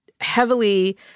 heavily